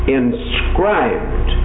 inscribed